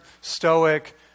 stoic